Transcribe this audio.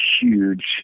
huge